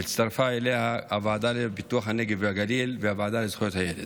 והצטרפו אליו הוועדה לפיתוח הנגב והגליל והוועדה לזכויות הילד.